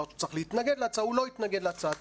שצריך להתנגד להצעה הוא לא התנגד להצעה,